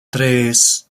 tres